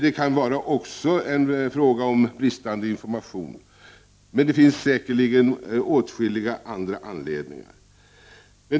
En annan anledning kan vara bristande information. Men det finns åtskilliga andra anledningar.